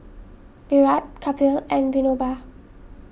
Virat Kapil and Vinoba